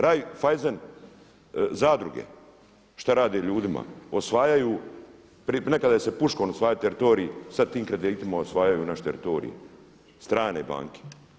Raiffeisen zadruga šta rade ljudima, osvajaju, nekada se puškom osvajao teritorij sad tim kreditima osvajaju naš teritorij strane banke.